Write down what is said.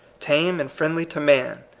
tame and friendly to man,